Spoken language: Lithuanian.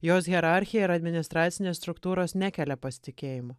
jos hierarchija ir administracinės struktūros nekelia pasitikėjimo